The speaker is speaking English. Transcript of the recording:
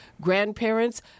grandparents